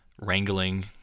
wrangling